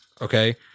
Okay